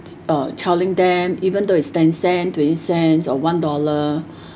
uh telling them even though it's ten cent twenty cents or one dollar